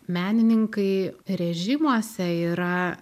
menininkai režimuose yra